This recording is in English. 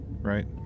right